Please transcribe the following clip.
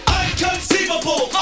Unconceivable